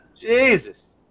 Jesus